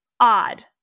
odd